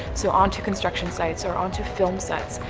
so onto construction sites or onto film sets.